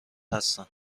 هستند